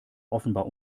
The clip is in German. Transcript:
offenbar